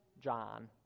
John